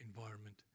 environment